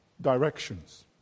directions